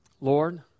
Lord